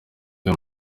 ayo